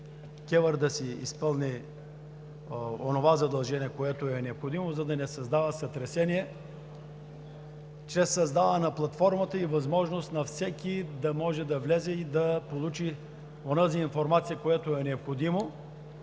КЕВР да изпълни онова задължение, което е необходимо, за да не създава сътресения чрез създаване на платформата и възможност всеки да може да влезе и да получи онази информация, която е необходима,